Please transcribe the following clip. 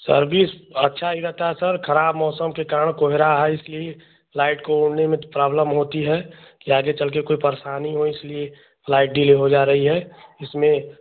service अच्छा ही रहता है सर खराब मौसम के कारण कोहरा है इसलिए फ्लाइट को उड़ने में तो प्राब्लम होती है के आगे चल के कोई परेशानी हो इसलिये फ्लाइट डिले हो जा रही है इसमें